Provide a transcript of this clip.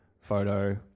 photo